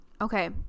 okay